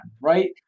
right